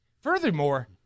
Furthermore